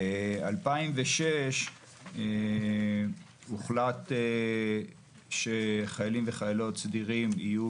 ב-2006 הוחלט שחיילים וחיילות סדירים יהיו